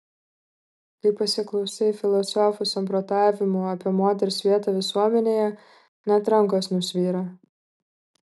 kai pasiklausai filosofų samprotavimų apie moters vietą visuomenėje net rankos nusvyra